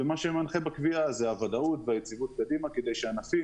מה שמנחה בקביעה זה הוודאות והיציבות הנדרשת כדי שענפים